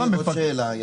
נפגשתי איתו כבר.